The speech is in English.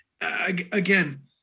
again